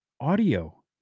audio